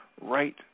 right